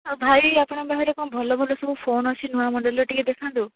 ଆଉ ଭାଇ ଆପଣଙ୍କ ପାଖରେ କ'ଣ ଭଲ ଭଲ ସବୁ ଫୋନ୍ ଅଛି ନୂଆ ମଡ଼େଲ୍ରେ ଟିକିଏ ଦେଖାନ୍ତୁ